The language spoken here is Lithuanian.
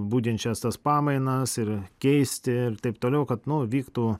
budinčias tas pamainas ir keisti ir taip toliau kad nu vyktų